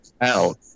out